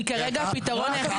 כי כרגע הפתרון הפתרון היחיד